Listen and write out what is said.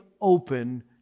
open